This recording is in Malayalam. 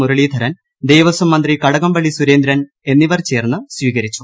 മുരളീധരൻ ദേവസ്വം മന്ത്രി കടകംപള്ളി സുരേന്ദ്രൻ എന്നിവർ ചേർന്ന് സ്വീകരിച്ചു